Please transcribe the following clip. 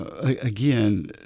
Again